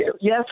yes